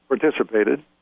participated